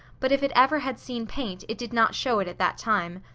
but if it ever had seen paint, it did not show it at that time.